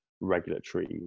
regulatory